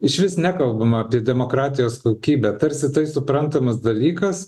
išvis nekalbama apie demokratijos kokybę tarsi tai suprantamas dalykas